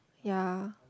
ya